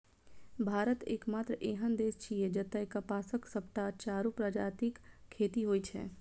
भारत एकमात्र एहन देश छियै, जतय कपासक सबटा चारू प्रजातिक खेती होइ छै